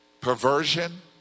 Perversion